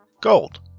gold